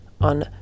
on